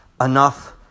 enough